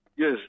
Yes